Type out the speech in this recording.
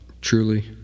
truly